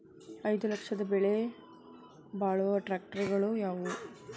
ಐದು ಲಕ್ಷದ ಬೆಲೆ ಬಾಳುವ ಟ್ರ್ಯಾಕ್ಟರಗಳು ಯಾವವು?